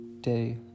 day